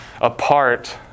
apart